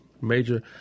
major